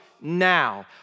now